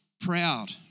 Proud